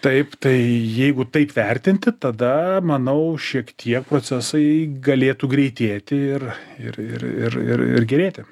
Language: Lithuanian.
taip tai jeigu taip vertinti tada manau šiek tiek procesai galėtų greitėti ir ir ir ir ir ir gerėti